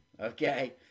okay